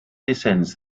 descends